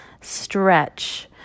stretch